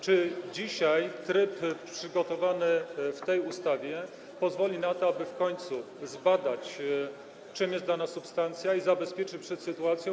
Czy tryb przygotowany w tej ustawie pozwoli na to, aby w końcu zbadać, czym jest dla nas substancja, i zabezpieczyć przed sytuacją.